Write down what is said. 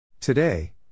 Today